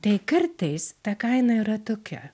tai kartais ta kaina yra tokia